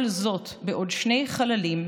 כל זאת בעוד שני חללים,